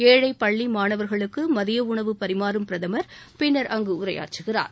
ஏழை பள்ளி மாணவர்களுக்கு மதிய உணவு பரிமாறும் பிரதமர் பின்னர் அங்கு உரையாற்றுகிறார்